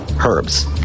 herbs